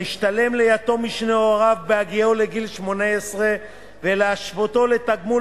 המשתלם ליתום משני הוריו בהגיעו לגיל 18 ולהשוותו לתגמול